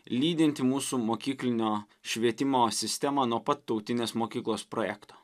lydinti mūsų mokyklinio švietimo sistemą nuo pat tautinės mokyklos projekto